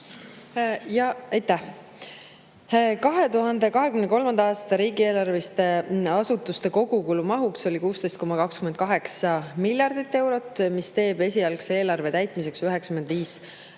Aitäh! 2023. aasta riigieelarveliste asutuste kogukulu maht oli 16,28 miljardit eurot, mis teeb esialgse eelarve täitmiseks 95%.